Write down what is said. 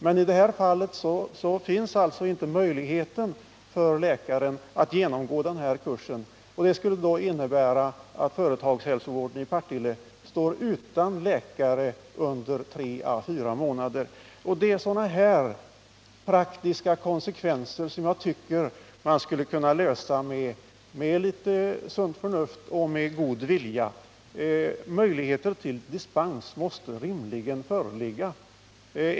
Men nu har inte läkaren någon möjlighet att genomgå kursen, vilket kommer att innebära att företagshälsovården i Partille står utan läkare under 34 månader. Det är sådana här praktiska konsekvenser som jag tycker att man med litet sunt förnuft och med litet god vilja skulle kunna undvika.